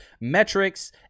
metrics